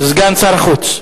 סגן שר החוץ,